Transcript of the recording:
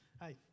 Hi